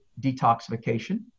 detoxification